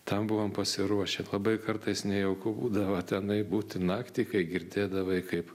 tam buvom pasiruošę labai kartais nejauku būdavo tenai būti naktį kai girdėdavai kaip